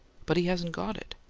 but he hasn't got it.